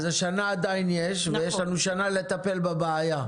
אז השנה עדיין יש ויש לנו שנה לטפל בבעיה.